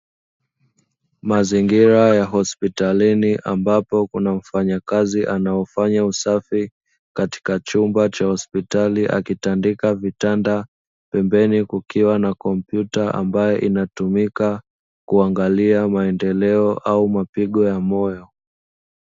Mazingira ya hospitalini ambapo kuna mfanyakazi anayefanya usafi katika chumba cha hospitalini akitandika vitanda, pembeni kukiwa kuna kompyuta inayotumika kuangalia maendeleo au mapigo ya moyo.